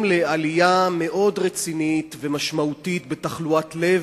לעלייה מאוד רצינית ומשמעותית בתחלואת לב,